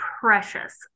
precious